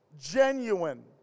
genuine